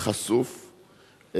חשוף,